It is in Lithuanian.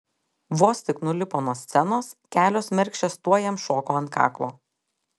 vos tik nulipo nuo scenos kelios mergšės tuoj jam šoko ant kaklo